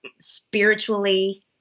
spiritually